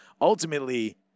ultimately